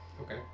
Okay